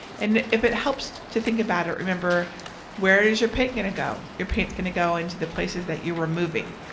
and if it helps to think about it, remember where is your paint going to go? your paints going to go into the places that you're removing,